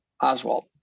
Oswald